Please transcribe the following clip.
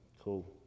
Cool